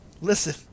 Listen